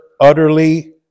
utterly